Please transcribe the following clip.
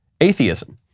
atheism